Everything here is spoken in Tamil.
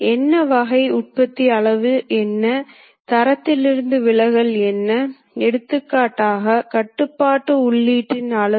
எனவே அதிகரிக்கும் அமைப்பில் நீங்கள் எப்போதும் தற்போதைய புள்ளியிலிருந்து செய்வீர்கள்